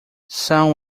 sam